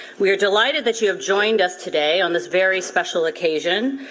we are delighted that you have joined us today on this very special occasion,